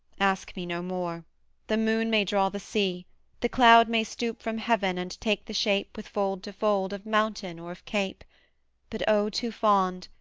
ask me no more the moon may draw the sea the cloud may stoop from heaven and take the shape with fold to fold, of mountain or of cape but o too fond,